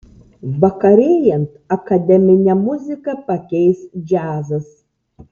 vakarėjant akademinę muziką pakeis džiazas